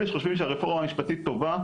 אלה שחושבים שהרפורמה המשפטית טובה,